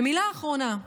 מילה אחרונה,